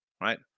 right